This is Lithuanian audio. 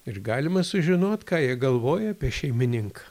ir galima sužinot ką jie galvoja apie šeimininką